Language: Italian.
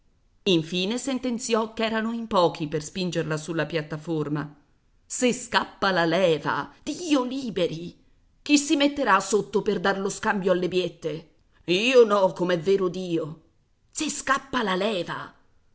infine sentenziò ch'erano in pochi per spingerla sulla piattaforma se scappa la leva dio liberi chi si metterà sotto per dar lo scambio alle biette io no com'è vero dio se scappa la leva